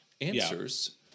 answers